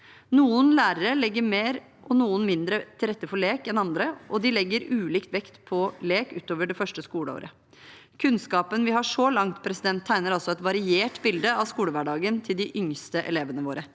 Noen lærere legger mer og noen mindre til rette for lek enn andre, og de legger ulik vekt på lek utover det første skoleåret. Kunnskapen vi har så langt, tegner altså et variert bilde av skolehverdagen til de yngste elevene våre.